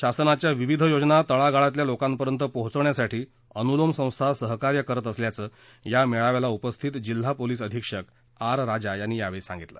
शासनाच्या विविध योजना तळागाळातल्या लोकांपर्यंत पोहचवण्यासाठी अनुलोम संस्था सहकार्य करत असल्याचं या मेळाव्याला उपस्थित जिल्हा पोलीस अधिक्षक आर राजा यांनी यावेळी सांगितलं